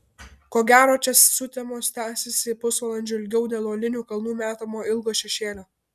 ko gero čia sutemos tęsiasi pusvalandžiu ilgiau dėl uolinių kalnų metamo ilgo šešėlio